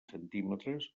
centímetres